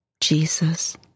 Jesus